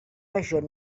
major